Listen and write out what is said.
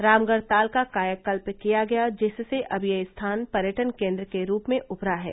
रामगढ़ताल का कायाकल्प किया गया जिससे अब यह स्थान पर्यटन केंद्र के रूप में उभरा है